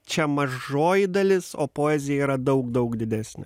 čia mažoji dalis o poezija yra daug daug didesnė